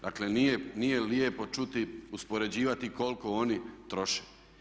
Dakle nije lijepo čuti, uspoređivati koliko oni troše.